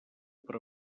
per